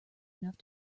enough